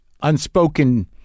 unspoken